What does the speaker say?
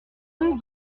rue